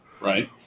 Right